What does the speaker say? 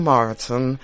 Martin